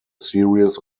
series